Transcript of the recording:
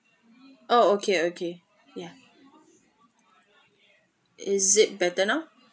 oh okay okay ya is it better now